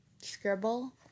scribble